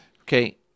okay